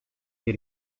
hier